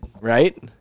right